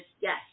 yes